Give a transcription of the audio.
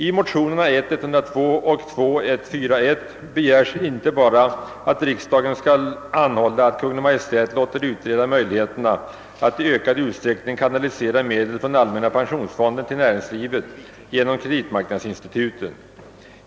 I motionerna I:102 och II: 141 begärs inte bara att riksdagen skall anhålla att Kungl. Maj:t låter utreda möjligheterna att i ökad utsträckning kanalisera medel från allmänna pensionsfonden till näringslivet genom kreditmarknadsinstituten.